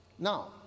Now